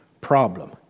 problem